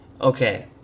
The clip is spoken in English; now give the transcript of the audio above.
okay